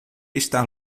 estar